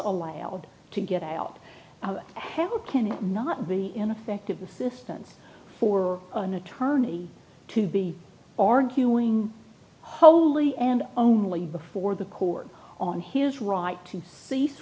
allowed to get out of hell can it not be ineffective assistance for an attorney to be arguing wholly and only before the court on his right to cease